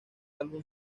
álbum